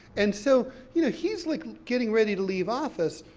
and so, you know he's like getting ready to leave office,